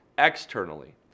externally